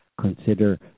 consider